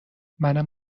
منم